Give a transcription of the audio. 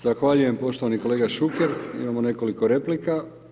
Zahvaljujem poštovani kolega Šuker, imamo nekoliko replika.